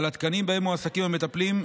על התקנים שבהם מועסקים המטפלים,